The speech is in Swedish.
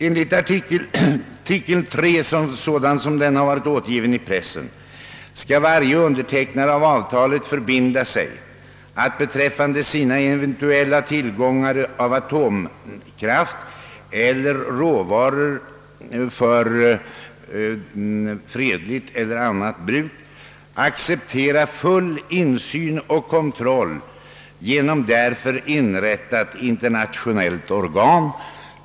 Enligt artikel 3, sådan som den återgivits i pressen, skall varje undertecknare av avtalet förbinda sig att beträffande sina eventuella tillgångar av atomkraft eller råvaror för fredligt eller annat bruk acceptera full insyn och kontroll genom därför inrättat internationellt organ.